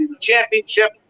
Championship